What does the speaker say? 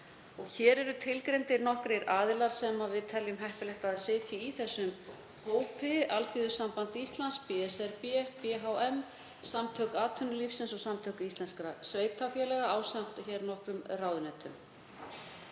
Hér eru tilgreindir nokkrir aðilar sem við teljum heppilegt að sitji í þessum hópi; Alþýðusamband Íslands, BSRB, BHM, Samtök atvinnulífsins og Samtök íslenskra sveitarfélaga, ásamt nokkrum ráðuneytum.